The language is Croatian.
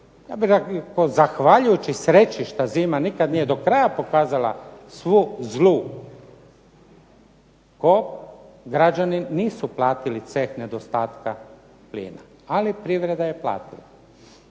se./… zahvaljujući sreći šta zima nikad nije do kraja pokazala svu zlu kob građani nisu platili ceh nedostatka plina, ali privreda je platila.